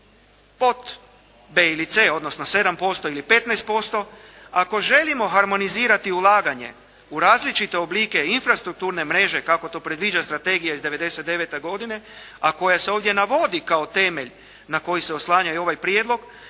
pod b) ili c) odnosno 7% ili 15%. Ako želimo harmonizirati ulaganje u različite oblike infrastrukturne mreže kako to predviđa strategija iz 99. godine, a koje se ovdje navodi kao temelj na koji se oslanja i ovaj prijedlog,